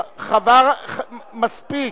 מספיק,